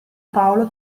paolo